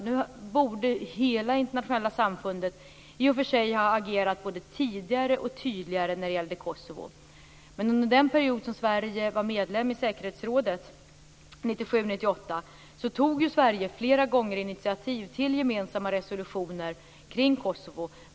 Nu borde i och för sig hela det internationella samfundet ha agerat både tidigare och tydligare när det gäller Kosovo. Men under der period då Sverige var medlem i säkerhetsrådet, 1997-1998, tog ju Sverige flera gånger initiativ till gemensamma resolutioner kring Kosovo.